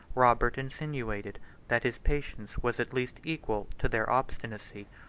robert insinuated that his patience was at least equal to their obstinacy.